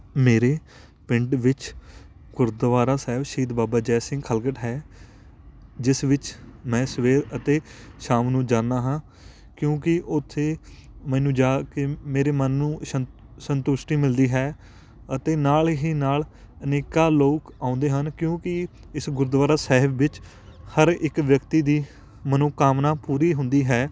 ਮੇਰੇ ਪਿੰਡ ਵਿੱਚ ਗੁਰਦੁਆਰਾ ਸਾਹਿਬ ਸ਼ਹੀਦ ਬਾਬਾ ਜੈ ਸਿੰਘ ਖਲਗੜ ਹੈ ਜਿਸ ਵਿੱਚ ਮੈਂ ਸਵੇਰ ਅਤੇ ਸ਼ਾਮ ਨੂੰ ਜਾਂਦਾ ਹਾਂ ਕਿਉਂਕਿ ਉੱਥੇ ਮੈਨੂੰ ਜਾ ਕੇ ਮੇਰੇ ਮਨ ਨੂੰ ਸੰ ਸੰਤੁਸ਼ਟੀ ਮਿਲਦੀ ਹੈ ਅਤੇ ਨਾਲ ਹੀ ਨਾਲ ਅਨੇਕਾਂ ਲੋਕ ਆਉਂਦੇ ਹਨ ਕਿਉਂਕਿ ਇਸ ਗੁਰਦੁਆਰਾ ਸਾਹਿਬ ਵਿੱਚ ਹਰ ਇੱਕ ਵਿਅਕਤੀ ਦੀ ਮਨੋਕਾਮਨਾ ਪੂਰੀ ਹੁੰਦੀ ਹੈ